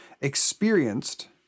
experienced